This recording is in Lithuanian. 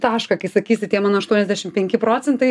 tašką kai sakysi tie mano aštuoniasdešim penki procentai